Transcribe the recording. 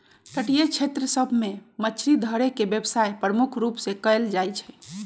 तटीय क्षेत्र सभ में मछरी धरे के व्यवसाय प्रमुख रूप से कएल जाइ छइ